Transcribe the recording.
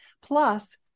Plus